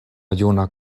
juna